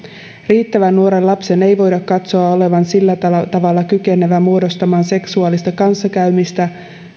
riittävän nuoren lapsen ei voida katsoa olevan sillä tavalla kykenevä muodostamaan seksuaalista kanssakäymistä